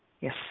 Yes